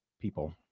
people